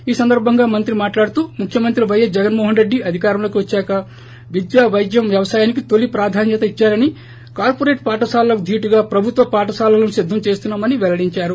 ఈ సందర్బంగా మంత్రి మాట్లాడుతూ ముఖ్యమంత్రి వైఎస్ జగన్మోహన్రెడ్డి అధికారంలోకి వద్చాక విద్య వైద్యం వ్యవసాయానికి తొలి ప్రాధాన్యత ఇద్చారని కార్పొరేట్ పాఠశాలలకు ధీటుగా ప్రభుత్వ పాఠశాలలను సిద్దం చేస్తున్నామని పెల్లడించారు